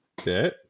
okay